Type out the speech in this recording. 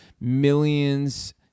millions